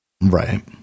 Right